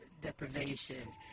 deprivation